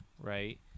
right